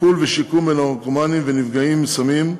טיפול ושיקום, נרקומנים ונפגעים מסמים,